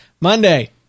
Monday